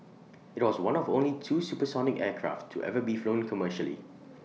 IT was one of only two supersonic aircraft to ever be flown commercially